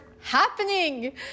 happening